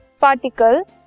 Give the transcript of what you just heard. particle